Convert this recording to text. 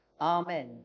Amen